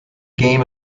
game